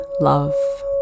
love